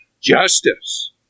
justice